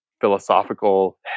philosophical